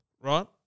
right